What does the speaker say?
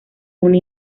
una